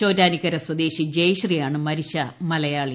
ചോറ്റാനിക്കര സ്വദേശി ജയശ്രീയാണ് മരിച്ച മലയാളി